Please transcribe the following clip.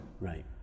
Right